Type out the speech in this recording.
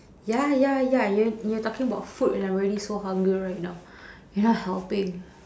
ya ya ya you're you're talking about food and I'm already so hungry right now you're not helping